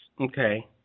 Okay